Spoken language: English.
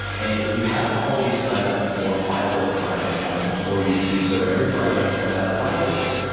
and if you haven't already signed up for five bullet friday, i implore you to do so. every friday, i send out five bullets,